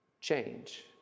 change